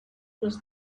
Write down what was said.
was